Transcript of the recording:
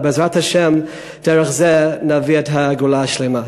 בעזרת השם, דרך זה נביא את הגאולה השלמה.